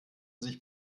sich